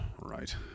right